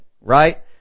right